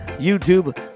YouTube